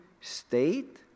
state